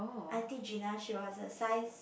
aunty Gina she was a size